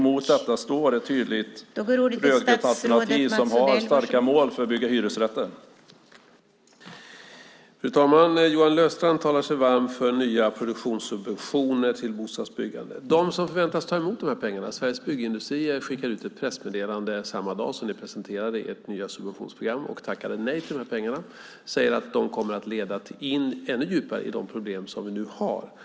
Mot detta står ett tydligt rödgrönt alternativ som har starka mål för att bygga hyresrätter.